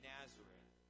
Nazareth